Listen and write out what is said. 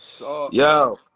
Yo